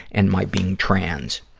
and my being trans.